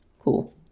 Cool